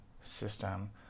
system